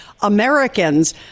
Americans